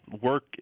work